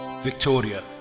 Victoria